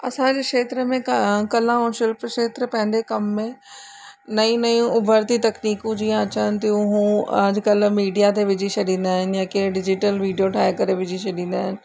असांजे खेत्र में का कला ऐं शिल्प खेत्र पंहिंजे कमु में नयूं नयूं उभिरती तकनीकू जीअं अचनि थियूं हू अॼुकल्ह मीडिया ते विझी छॾींदा आहिनि या कंहिं डिजिटल वीडियो ठाहे करे विझी छॾींदा आहिनि